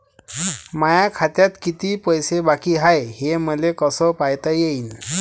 माया खात्यात किती पैसे बाकी हाय, हे मले कस पायता येईन?